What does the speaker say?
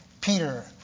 Peter